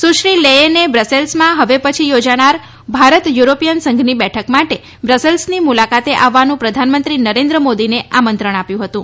સુશ્રી લેચેને બ્રેસેલ્સમાં હવે પછી યોજાનાર ભારત યુરોપીયન સંઘની બેઠક માટે બ્રસેલ્સની મુલાકાતે આવવાનું પ્રધાનમંત્રી નરેન્દ્ર મોદીને આમંત્રણ આપ્યુ હતું